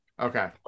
Okay